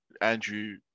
Andrew